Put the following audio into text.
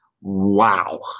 wow